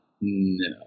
no